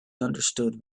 understood